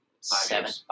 seven